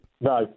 No